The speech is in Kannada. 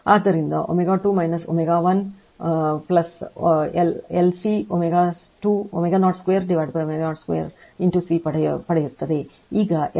ಆದ್ದರಿಂದ ω2 ω 1 1 LC ω02 ω02 C ಪಡೆಯುತ್ತದೆ